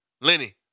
Lenny